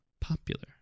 popular